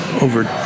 Over